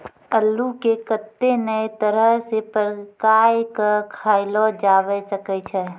अल्लू के कत्ते नै तरह से पकाय कय खायलो जावै सकै छै